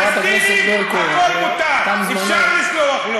חברת הכנסת ברקו, תם זמנו.